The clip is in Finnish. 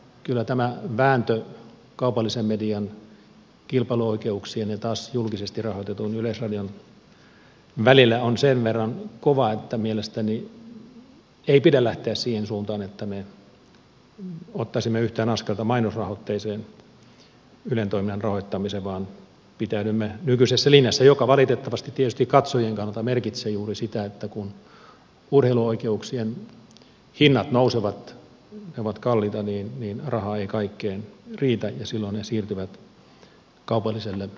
kyllä tämä vääntö kaupallisen median kilpailuoikeuksien ja taas julkisesti rahoitetun yleisradion välillä on sen verran kovaa että mielestäni ei pidä lähteä siihen suuntaan että me ottaisimme yhtään askelta mainosrahoitteiseen ylen toiminnan rahoittamiseen vaan pitäydymme nykyisessä linjassa joka valitettavasti tietysti katsojien kannalta merkitsee juuri sitä että kun urheiluoikeuksien hinnat nousevat ne ovat kalliita niin rahaa ei kaikkeen riitä ja silloin urheiluohjelmat siirtyvät kaupallisille markkinoille näytettäviksi